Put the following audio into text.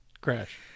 Crash